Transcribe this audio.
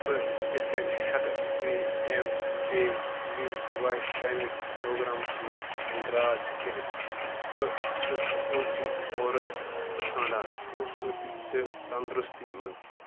بہٕ کِتھ کٔنۍ ہٮ۪کہٕ P M K V Y training programmes منٛز اندراج کٔرِتھ بہٕ چھُس کوچی کورٕس ژَھانٛڈان خوبصوٗرتی تہٕ تنٛدرُستی منٛز